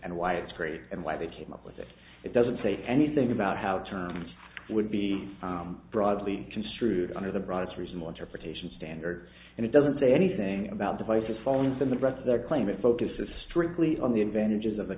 and why it's great and why they came up with it it doesn't say anything about how terms would be broadly construed under the broadest reasonable interpretation standard and it doesn't say anything about device or phones in the rest of their claim it focuses strictly on the advantages of